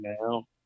now